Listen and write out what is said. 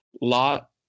Lot